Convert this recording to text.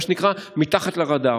מה שנקרא מתחת לרדאר,